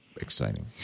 Exciting